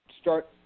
start